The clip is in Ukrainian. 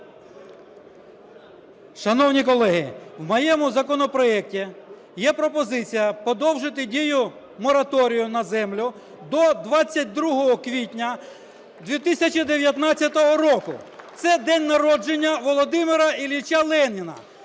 Шановні колеги, в моєму законопроекті є пропозиція подовжити дію мораторію на землю до 22 квітня 2019 року, це день народження Володимира Ілліча Леніна.